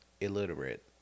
illiterate